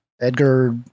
Edgar